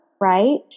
right